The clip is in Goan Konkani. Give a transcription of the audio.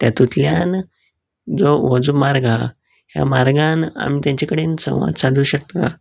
तेंतूंतल्यान जो हो जो मार्ग आहा ह्या मार्गान आमी तेंचे कडेन संवाद सादूंक शकतात